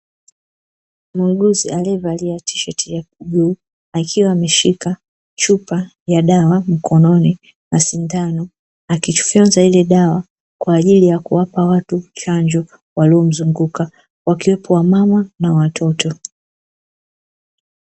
Muuguzi alievalia tisheti ya bluu, akiwa ameshika chupa ya dawa mkononi na sindano, akifyonza ile dawa kwa ajili ya kuwapa watu chanjo waliomzunguka wakiwepo wamama na watoto.